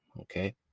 okay